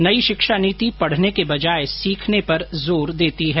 नई शिक्षा नीति पढ़ने के बजाए सीखने पर जोर देती है